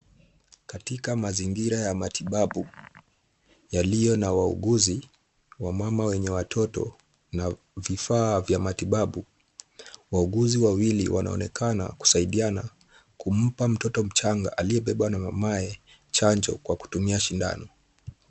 Katika mazingira ya matibabu, yaliyo na wauguzi, wamama wenye watoto, na vifaa vya matibabu, wauguzi wawili wanaonekana kusaidiana kumpa mtoto mchanga aliyebebwa na mamaye chanjo kwa kutumia sindano.